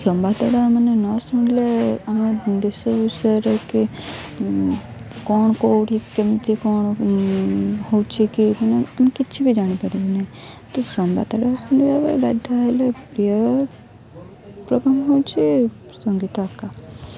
ସମ୍ବାଦଟା ମାନେ ନ ଶୁଣିଲେ ଆମ ଦେଶ ବିଷୟରେ କି କ'ଣ କେଉଁଠି କେମିତି କ'ଣ ହେଉଛି କି ଆମେ କିଛି ବି ଜାଣିପାରିବୁ ନାହିଁ ତ ସମ୍ବାଦଟା ଶୁଣିବା ପାଇଁ ବାଧ୍ୟ ହେଲେ ପ୍ରିୟ ପ୍ରୋଗ୍ରାମ୍ ହେଉଛି ସଙ୍ଗୀତ ଆକା